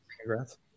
congrats